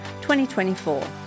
2024